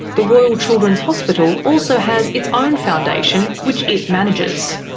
the royal children's hospital also has its own foundation which it manages.